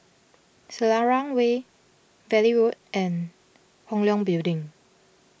Selarang Way Valley Road and Hong Leong Building